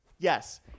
Yes